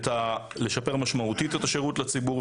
לשפר משמעותית את השירות לציבור,